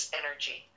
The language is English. energy